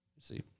See